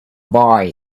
boy